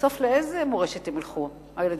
בסוף לאיזו מורשת ילכו הילדים?